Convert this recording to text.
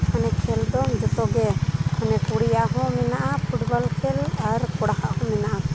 ᱢᱟᱱᱮ ᱠᱷᱮᱞ ᱫᱚ ᱡᱚᱛᱚᱜᱮ ᱢᱟᱱᱮ ᱠᱩᱲᱤᱭᱟᱜ ᱦᱚᱸ ᱢᱮᱱᱟᱜᱼᱟ ᱯᱷᱩᱴᱵᱚᱞ ᱠᱷᱮᱞ ᱟᱨ ᱠᱚᱲᱟᱣᱟᱜ ᱦᱚᱸ ᱢᱮᱱᱟᱜᱼᱟ